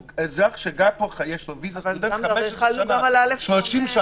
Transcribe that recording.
הוא אזרח שגר פה 15 שנה או 30 שנה.